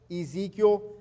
Ezekiel